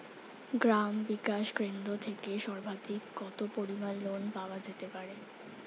গ্রাম বিকাশ কেন্দ্র থেকে সর্বাধিক কত পরিমান লোন পাওয়া যেতে পারে?